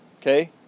okay